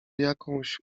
jakąś